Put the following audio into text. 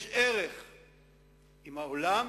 יש ערך אם העולם